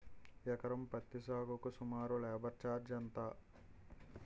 ఎకరం పత్తి సాగుకు సుమారు లేబర్ ఛార్జ్ ఎంత?